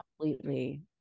completely